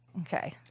Okay